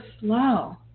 slow